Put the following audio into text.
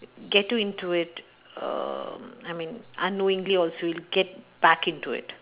get too into it err I mean unknowingly also you get back into it